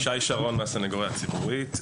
ישי שרון מהסנגוריה הציבורית.